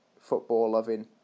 football-loving